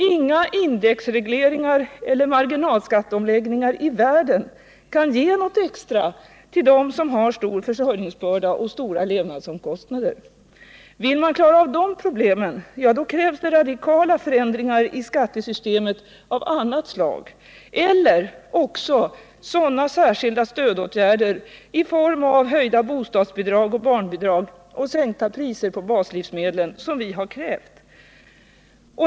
Inga indexregleringar eller marginalskatteomläggningar i världen kan ge något extra till dem som har stor försörjningsbörda och stora levnadsomkostnader. Vill man klara av de problemen, krävs radikala förändringar i skattesystemet av annat slag eller också sådana särskilda stödåtgärder i form av höjda bostadsbidrag och barnbidrag och sänkta priser på baslivsmedlen som vi har krävt.